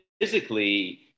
physically